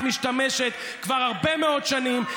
שבה את משתמשת כבר הרבה מאוד שנים,